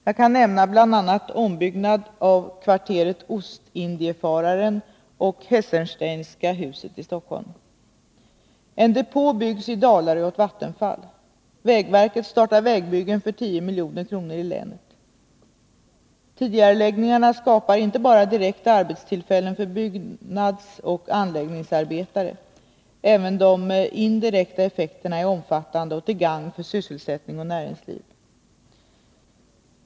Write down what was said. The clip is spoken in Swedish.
Jag kan nämna bl.a. ombyggnad av kvarteret Ostindienfararen och Hessensteinska huset i Stockholm. En depå byggs i Dalarö åt Vattenfall. Vägverket startar vägbyggen för 10 milj.kr. i länet. Tidigareläggningarna skapar inte bara direkta arbetstillfällen för byggoch anläggningsarbetare. Även de indirekta effekterna är omfattande och till gagn för sysselsättning och näringsliv.